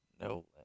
No